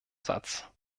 satz